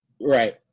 Right